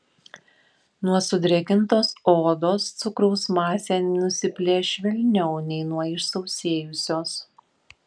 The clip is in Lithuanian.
nuo sudrėkintos odos cukraus masė nusiplėš švelniau nei nuo išsausėjusios